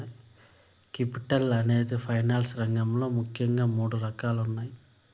capital అనేది finance రంగంలో ముఖ్యంగా మూడు రకాలుగా ఉన్నాయి